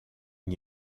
n’y